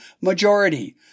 majority